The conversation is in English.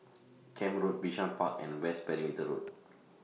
Camp Road Bishan Park and West Perimeter Road